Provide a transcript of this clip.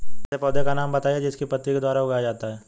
ऐसे पौधे का नाम बताइए जिसको पत्ती के द्वारा उगाया जाता है